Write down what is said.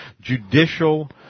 judicial